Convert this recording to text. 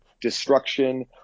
destruction